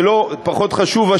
זה לא פחות חשוב,